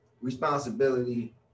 responsibility